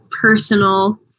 personal